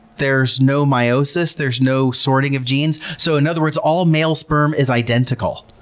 there's no meiosis, there's no sorting of genes. so in other words, all male sperm is identical.